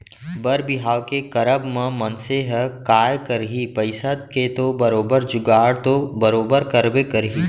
बर बिहाव के करब म मनसे ह काय करही पइसा के तो बरोबर जुगाड़ तो बरोबर करबे करही